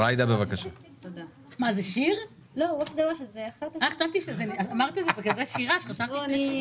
אני מודה ומתוודה שפעם ראשונה שנתקלתי בשם הזה של קרנות ריט